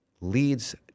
leads